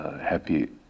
happy